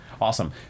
Awesome